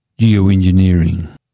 geoengineering